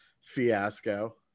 fiasco